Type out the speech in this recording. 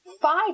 five